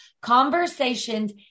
Conversations